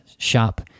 shop